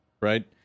right